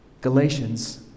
Galatians